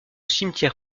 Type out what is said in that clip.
cimetière